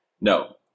No